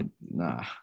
Nah